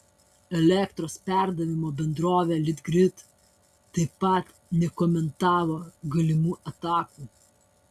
elektros perdavimo bendrovė litgrid taip pat nekomentavo galimų atakų